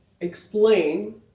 explain